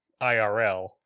IRL